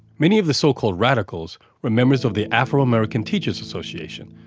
many of the so-called radicals were members of the afro-american teachers association,